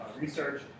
research